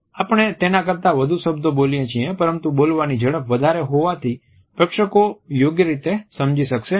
આપણે તેના કરતાં વધુ શબ્દો બોલીએ છીએ પરંતુ બોલવાની ઝડપ વધારે હોવાથી પ્રેક્ષકો યોગ્ય રીતે સમજી શકશે નહીં